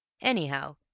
Anyhow